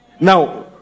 Now